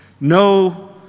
no